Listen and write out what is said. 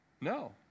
No